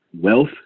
Wealth